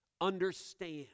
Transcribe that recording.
Understand